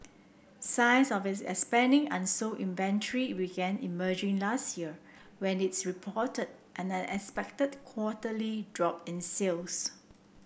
signs of its expanding unsold inventory began emerging last year when is reported an unexpected quarterly drop in sales